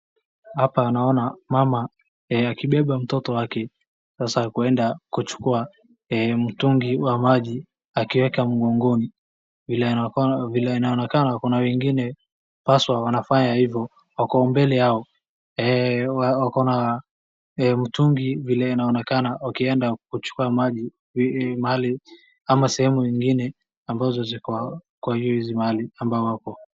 Hapa naona mama, akibeba mtoto wake hasa kuenda kuchukua mtungi wa maji akiweka mgongoni, vile inaonekana kuna wengine haswa wanafanya hivyo wako mbele yao, wako na mtungi vile inaonekana wakienda kuchukua maji mahali, ama sehemu ingine ambazo ziko hizo mahali ambapo wako.